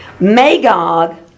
Magog